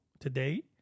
Today